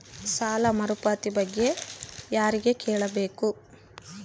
ಸಾಲ ಮರುಪಾವತಿ ಬಗ್ಗೆ ಯಾರಿಗೆ ಕೇಳಬೇಕು?